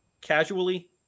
casually